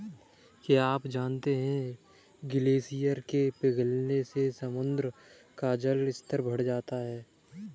क्या आप जानते है ग्लेशियर के पिघलने से समुद्र का जल स्तर बढ़ रहा है?